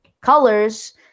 colors